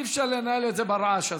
אי-אפשר לנהל את זה ברעש הזה.